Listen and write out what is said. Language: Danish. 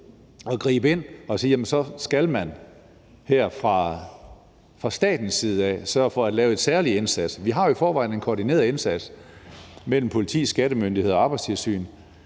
at gribe ind og sige: Så skal man her fra statens side af sørge for at lave en særlig indsats. Vi har i forvejen en koordineret indsats fra politiet, skattemyndighederne og Arbejdstilsynet,